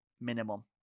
minimum